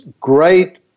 great